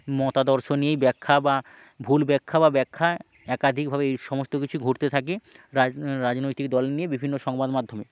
মতাদর্শ নিয়েই ব্যাখ্যা বা ভুল ব্যাখ্যা বা ব্যাখ্যা একাধিকভাবে এই সমস্ত কিছু ঘটতে থাকে রাজ রাজনৈতিক দল নিয়ে বিভিন্ন সংবাদ মাধ্যমে